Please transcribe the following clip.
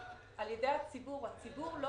הציבור לא